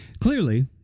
Clearly